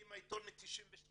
אני בעיתון מ-1992,